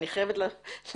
אני חייבת להגיד,